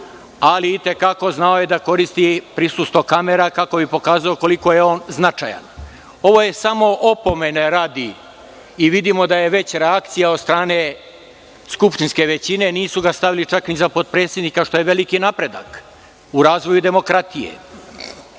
i te kako znao da koristi prisustvo kamera kako bi pokazao koliko je on značajan. Ovo je samo opomene radi. Vidimo da je već reakcija od strane skupštinske većine, nisu ga stavili čak ni za potpredsednika, što je veliki napredak u razvoju demokratije. Ono